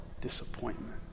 disappointment